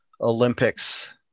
Olympics